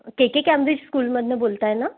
के के कॅम्ब्रिज स्कूलमधून बोलत आहे ना